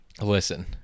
listen